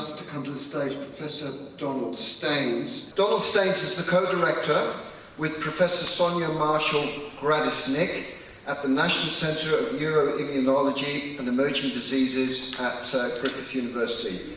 to come to the stage, professor donald staines? donald staines is the co-director with professor sonya marshall-gradisnik at the national centre of nueroimmunology and emerging diseases at griffith university.